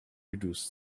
reduce